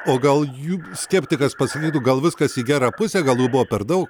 o gal jų skeptikas pasakytų gal viskas į gerą pusę gal jų buvo per daug